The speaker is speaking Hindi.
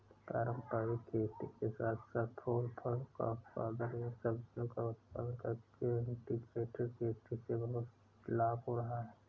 पारंपरिक खेती के साथ साथ फूल फल का उत्पादन एवं सब्जियों का उत्पादन करके इंटीग्रेटेड खेती से बहुत लाभ हो रहा है